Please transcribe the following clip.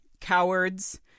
cowards